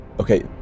Okay